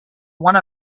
one